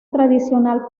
tradicional